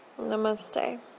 namaste